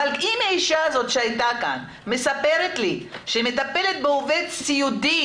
אבל אם האישה שהייתה כאן מספרת לי שמטפלת בעובד סיעודי